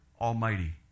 almighty